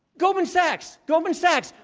goldman sachs. goldman sachs.